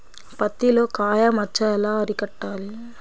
పత్తిలో కాయ మచ్చ ఎలా అరికట్టాలి?